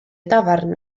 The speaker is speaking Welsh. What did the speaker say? dafarn